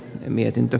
mietintö